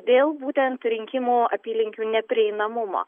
dėl būtent rinkimų apylinkių neprieinamumo